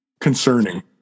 concerning